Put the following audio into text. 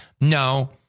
no